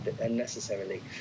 unnecessarily